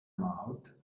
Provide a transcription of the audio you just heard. maud